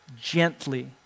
gently